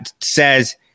says